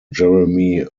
jeremy